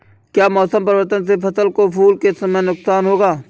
क्या मौसम परिवर्तन से फसल को फूल के समय नुकसान होगा?